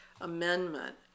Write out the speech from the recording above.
amendment